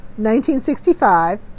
1965